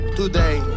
today